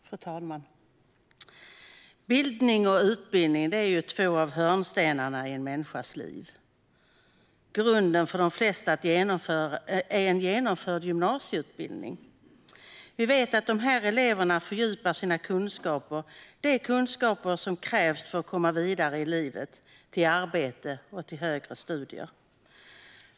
Fru talman! Bildning och utbildning är två av hörnstenarna i en människas liv. Grunden för de flesta är en genomförd gymnasieutbildning. Vi vet att de eleverna fördjupar sina kunskaper. Det är kunskaper som krävs för att komma vidare i livet till arbete och till högre studier.